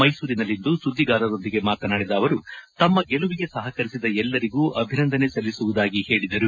ಮೈಸೂರಿನಲ್ಲಿಂದು ಸುದ್ದಿಗಾರರೊಂದಿಗೆ ಮಾತನಾಡಿದ ಅವರು ತಮ್ಮ ಗೆಲುವಿಗೆ ಸಹಕರಿಸಿದ ಎಲ್ಲರಿಗೂ ಅಭಿನಂದನೆ ಸಲ್ಲಿಸುವುದಾಗಿ ಹೇಳಿದರು